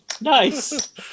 Nice